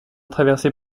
traversé